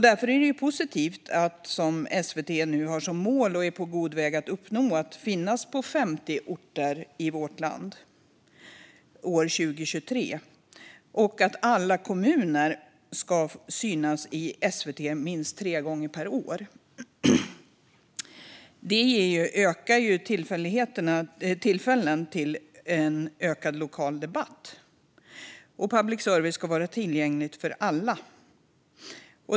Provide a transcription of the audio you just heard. Därför är det positivt att SVT nu har som mål, och är på god väg att uppnå, att finnas på 50 orter i vårt land år 2023 och att alla kommuner ska synas i SVT minst tre gånger per år. Det ökar antalet tillfällen till en lokal debatt. Public service ska också vara tillgänglig för alla.